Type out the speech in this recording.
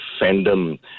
fandom